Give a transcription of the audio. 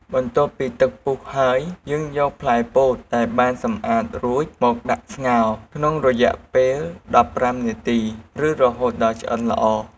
បន្ទាប់ពីទឹកពុះហើយ យើងយកផ្លែពោតដែលបានសម្អាតរួចមកដាក់ស្ងោរ ក្នុងរយៈពេល១៥នាទី ឬរហូតដល់ឆ្អិនល្អ។